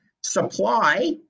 supply